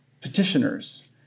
petitioners